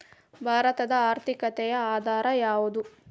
ಭಾರತದ ಆರ್ಥಿಕತೆಯ ಆಧಾರ ಯಾವುದು?